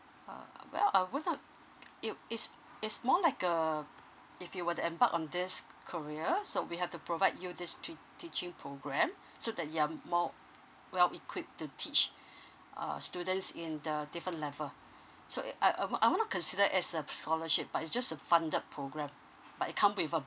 oh well it's it's more like um if you were to embark on this career so we have to provide you this teaching program so that you're more well equipped to teach err students in the different level so um I wanna consider as a scholarship but it's just a funded program but it come with a